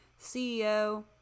CEO